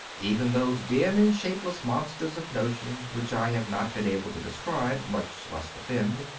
even those dim and shapeless monsters of notions which i have not been able to describe, much less defend,